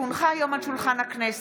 כי הונחה היום על שולחן הכנסת,